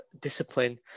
discipline